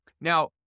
Now